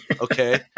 okay